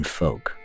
folk